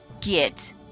get